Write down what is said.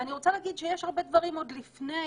ואני רוצה להגיד שיש עוד הרבה דברים עוד לפני.